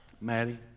Maddie